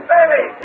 Baby